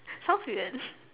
sounds weird